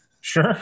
Sure